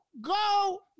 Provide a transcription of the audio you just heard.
go